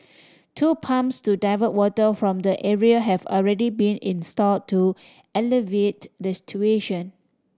two pumps to divert water from the area have already been install to alleviate the situation